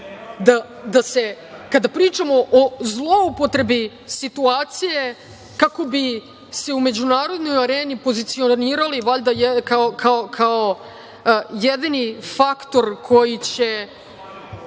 pričamo o zloupotrebi situacije kako bi se u međunarodnoj areni pozicionirali, valjda, kao jedini faktor koji ne